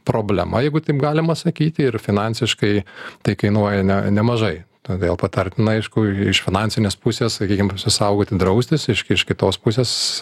problema jeigu taip galima sakyti ir finansiškai tai kainuoja ne nemažai todėl patartina aišku iš finansinės pusės sakykim pasisaugoti draustis reiškia iš kitos pusės